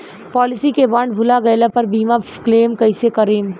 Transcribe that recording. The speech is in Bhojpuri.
पॉलिसी के बॉन्ड भुला गैला पर बीमा क्लेम कईसे करम?